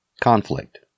Conflict